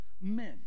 men